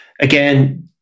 Again